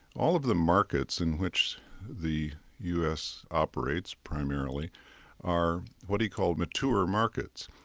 all of the markets in which the u s. operates primarily are what he called mature markets.